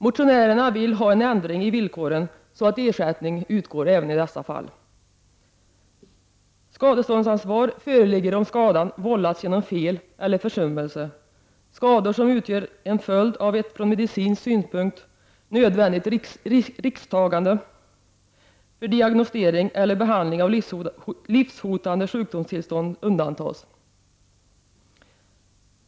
Motionärerna vill ha en ändring i villkoren, så att ersättning utgår även i dessa fall. Skadeståndsansvar föreligger om skada har vållats genom fel eller försummelse. Skador som har uppstått till följd av ett från medicinsk synpunkt nödvändigt risktagande för diagnostisering eller behandling av livshotande sjukdomstillstånd undantas.